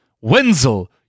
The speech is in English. Wenzel